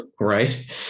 right